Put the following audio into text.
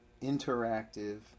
interactive